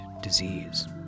disease